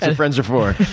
and friends are for.